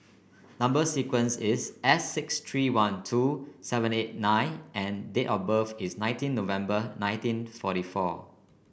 number sequence is S six three one two seven eight nine and date of birth is nineteen November nineteen forty four